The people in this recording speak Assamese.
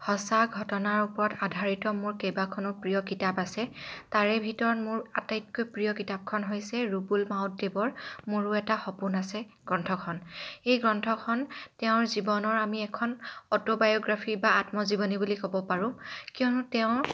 সঁচা ঘটনাৰ ওপৰত আধাৰিত মোৰ কেইবাখনো প্ৰিয় কিতাপ আছে তাৰে ভিতৰত মোৰ আটাইতকৈ প্ৰিয় কিতাপখন হৈছে ৰুবুল মাউতদেৱৰ মোৰো এটা সপোন আছে গ্ৰন্থখন এই গ্ৰন্থখন তেওঁৰ জীৱনৰ আমি এখন অট'বায়গ্ৰাফি বা আত্মজীৱনী বুলি ক'ব পাৰোঁ কিয়নো তেওঁৰ